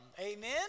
Amen